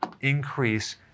increase